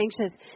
anxious